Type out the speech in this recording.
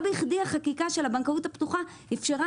לא בכדי החקיקה של הבנקאות הפתוחה אפשרה